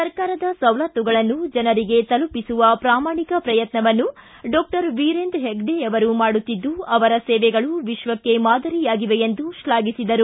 ಸರಕಾರದ ಸವಲತ್ತುಗಳನ್ನು ಜನರಿಗೆ ತಲುಪಿಸುವ ಪ್ರಾಮಾಣಿಕ ಪ್ರಯತ್ನವನ್ನು ಡಾಕ್ಟರ್ ವಿರೇಂದ್ರ ಹೆಗ್ಗಡೆಯವರು ಮಾಡುತ್ತಿದ್ದು ಅವರ ಸೇವೆಗಳು ವಿಶ್ವಕ್ಷೇ ಮಾದರಿಯಾಗಿವೆ ಎಂದು ಶ್ಲಾಘಿಸಿದರು